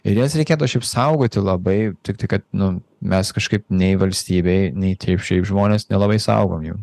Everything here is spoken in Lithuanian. ir jas reikėtų šiaip saugoti labai tiktai kad nu mes kažkaip nei valstybei nei taip šiaip žmonės nelabai saugom jų